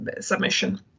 submission